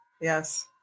yes